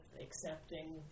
accepting